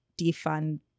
defund